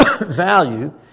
value